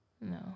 No